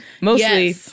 Mostly